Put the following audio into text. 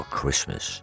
Christmas